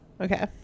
Okay